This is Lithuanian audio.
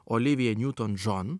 olivia newton john